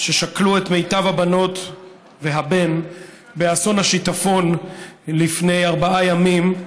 ששכלו את מיטב הבנות והבן באסון השיטפון לפני ארבעה ימים.